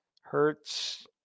Hertz